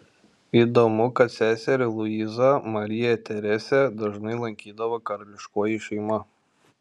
įdomu kad seserį luizą mariją teresę dažnai lankydavo karališkoji šeima